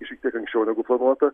ir šiek tiek anksčiau negu planuota